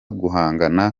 guhangana